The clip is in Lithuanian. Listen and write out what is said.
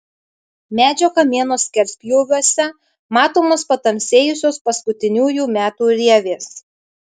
medžio kamieno skerspjūviuose matomos patamsėjusios paskutiniųjų metų rievės